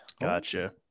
Gotcha